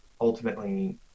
ultimately